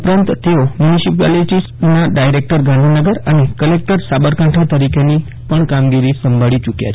ઉપરાંત તેઓ મ્યુનિસિપાલિટીસના ડાયરેકટર ગાંધીનગર અને કલેકટર સાંબરકાંઠા તરીકેની પણ કામગીરી સંભાળી યૂક્યા છે